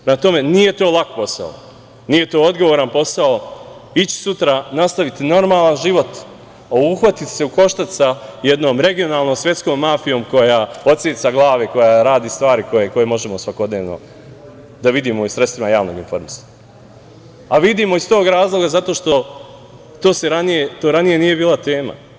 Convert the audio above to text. Prema tome, nije to lak posao, nije to odgovoran posao ići sutra, nastaviti normalan život, a uhvati se u koštac sa jednom regionalnom svetskom mafijom koja odseca glave, koja radi stvari koje možemo svakodnevno da vidimo i sredstvima javnog informisanja, a vidimo iz tog razloga zato što to ranije nije bila tema.